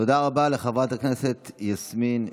תודה רבה לחברת הכנסת יסמין פרידמן.